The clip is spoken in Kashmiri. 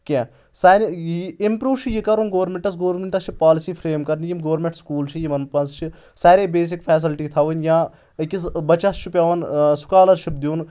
کینٛہہ سانہِ اِمپروٗ چھُ یہِ کَرُن گورمینٹس گورمنٹَس چھِ پالسی فریم کَرنہٕ یِم گورمنٹ سکوٗل چھِ یِمَن پَز چھِ سارے بیسِک فیسَلٹی تھاوٕنۍ یا أکِس بَچَس چھُ پیٚوان سکالرشِپ دِیُن